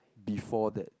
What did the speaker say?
before that